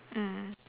mm